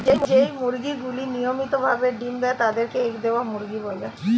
যেই মুরগিগুলি নিয়মিত ভাবে ডিম্ দেয় তাদের কে এগ দেওয়া মুরগি বলে